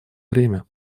время